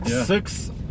six